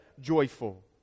joyful